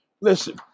listen